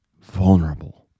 vulnerable